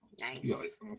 Nice